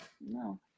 No